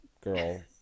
girl